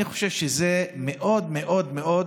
אני חושב שזה מאוד מאוד מאוד